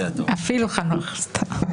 זו סיבת